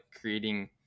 creating